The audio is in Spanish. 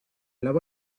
lavo